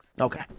Okay